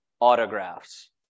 autographs